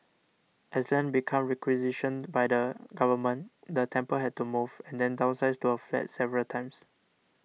as land became requisitioned by the government the temple had to move and then downsize to a flat several times